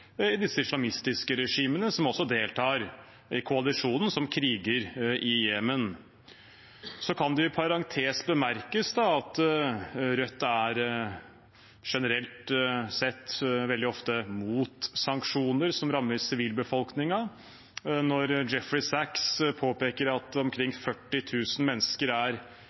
i disse islamistiske regimene, som deltar i koalisjonen som kriger i Jemen. Det kan i parentes bemerkes at Rødt er generelt sett veldig ofte imot sanksjoner som rammer sivilbefolkningen. Når Jeffrey Sachs påpeker at omkring 40 000 mennesker har mistet livet som følge av sanksjonene mot Venezuela, er